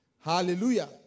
Hallelujah